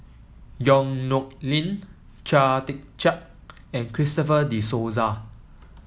Yong Nyuk Lin Chia Tee Chiak and Christopher De Souza